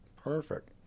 Perfect